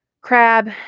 Crab